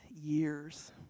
years